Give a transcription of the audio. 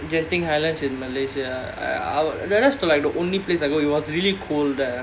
genting highlands in malaysia I I was that was like the only place I go it was really cold there